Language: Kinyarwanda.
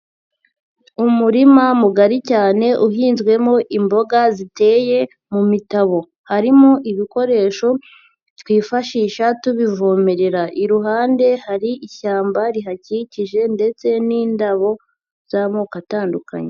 Umurima mugari cyane uhinzwemo imboga ziteye mu mitabo, harimo ibikoresho twifashisha tubivomerera, iruhande hari ishyamba rihakikije ndetse n'indabo z'amoko atandukanye.